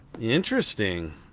Interesting